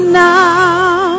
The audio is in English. now